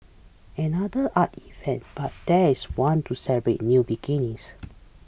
another art event but there is one to celebrate new beginnings